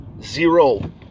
zero